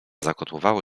zakotłowało